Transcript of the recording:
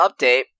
update